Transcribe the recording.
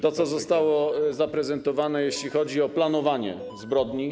to, co zostało zaprezentowane, jeśli chodzi o planowanie zbrodni.